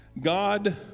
God